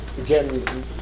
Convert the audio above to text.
Again